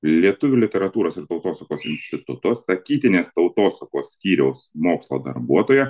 lietuvių literatūros ir tautosakos instituto sakytinės tautosakos skyriaus mokslo darbuotoją